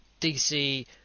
DC